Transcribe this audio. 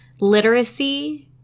literacy